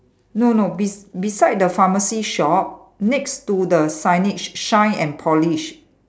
no no bes~ beside the pharmacy shop next to the signage shine and polish